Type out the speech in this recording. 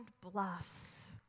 bluffs